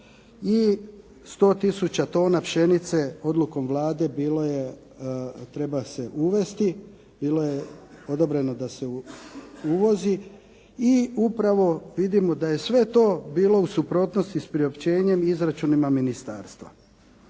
i 100 tisuća tone pšenice odlukom Vlade bilo je treba se uvesti, bilo je odobreno da se uvozi i upravo vidimo da je sve to bilo u suprotnosti s priopćenjem i izračunima ministarstva.